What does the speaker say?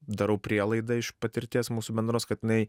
darau prielaidą iš patirties mūsų bendros kad jinai